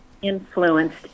influenced